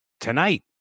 tonight